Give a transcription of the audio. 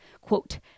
quote